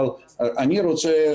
אבל אני רוצה,